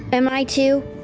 am i, too?